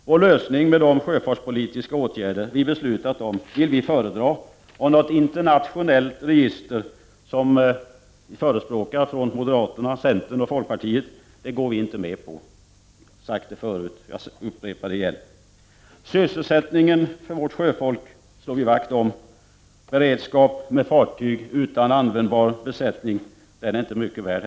Vår lösning med de sjöfartspolitiska åtgärder som riksdagen beslutat om vill vi föredra, och något internationellt register, som moderaterna, centern och folkpartiet förespråkar, går vi inte med på. Jag har sagt det förut. Sysselsättningen för vårt sjöfolk slår vi vakt om. Beredskap med fartyg utan användbar besättning är inte mycket värd.